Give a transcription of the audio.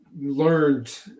learned